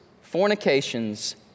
fornications